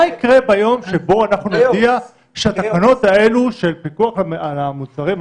מה יקרה ביום שבו אנחנו נודיע שהתקנות האלו של הפיקוח על המוצרים,